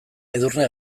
edurne